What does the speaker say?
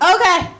Okay